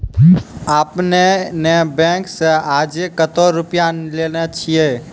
आपने ने बैंक से आजे कतो रुपिया लेने छियि?